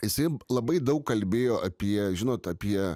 jisai labai daug kalbėjo apie žinot apie